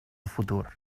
futur